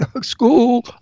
school